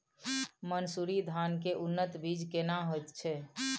मन्सूरी धान के उन्नत बीज केना होयत छै?